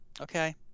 okay